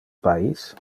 pais